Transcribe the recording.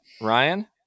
Ryan